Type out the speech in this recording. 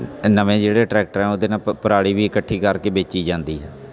ਨਵੇਂ ਜਿਹੜੇ ਟਰੈਕਟਰ ਆ ਉਹਦੇ ਨਾਲ ਪ ਪਰਾਲੀ ਵੀ ਇਕੱਠੀ ਕਰਕੇ ਵੇਚੀ ਜਾਂਦੀ ਹੈ